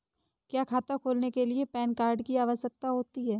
क्या खाता खोलने के लिए पैन कार्ड की आवश्यकता होती है?